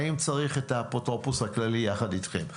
האם צריך את האפוטרופוס הכללי יחד אתכם?